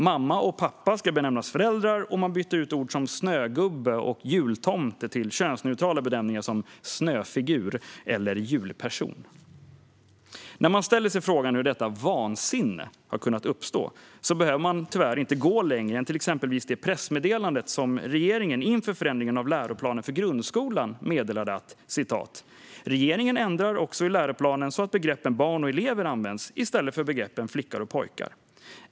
Mamma och pappa ska benämnas "förälder", och man bytte ut ord som "snögubbe" och "jultomte" till könsneutrala benämningar som "snöfigur" och "julperson". När man ställer sig frågan hur detta vansinne har kunnat uppstå behöver man tyvärr inte gå längre än till exempelvis det pressmeddelande som regeringen inför förändringen av läroplanen för grundskolan sände ut. Man skrev: "Regeringen ändrar också i läroplanen så att begreppen barn och elever används - i stället för begreppen flickor och pojkar."